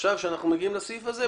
ועכשיו כשאנחנו מגיעים לסעיף הזה,